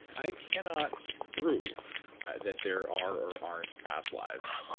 i cannot prove that there are or aren't past lives.